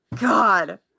God